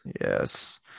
Yes